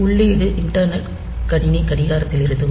உள்ளீடு இண்டர்னல் கணினி கடிகாரத்திலிருந்து வரும்